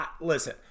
Listen